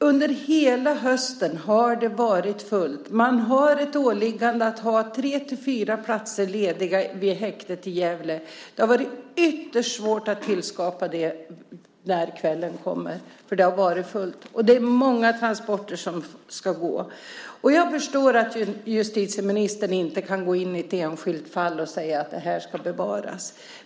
Under hela hösten har det varit fullt. Man har ett åliggande att ha tre till fyra platser lediga vid häktet i Gävle. Det har varit ytterst svårt att skapa det när kvällen kommer. Det har varit fullt. Det är många transporter som ska gå. Jag förstår att justitieministern inte kan gå in i ett enskilt fall och säga att det här ska bevaras.